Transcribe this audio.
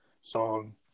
song